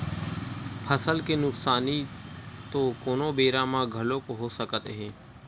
फसल के नुकसानी तो कोनो बेरा म घलोक हो सकत हे